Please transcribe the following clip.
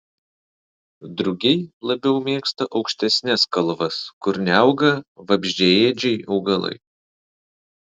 drugiai labiau mėgsta aukštesnes kalvas kur neauga vabzdžiaėdžiai augalai